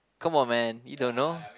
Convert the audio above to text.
come on man you don't know